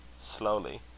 slowly